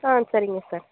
ஆ சரிங்க சார்